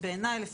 בעיניי לפחות,